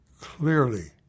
clearly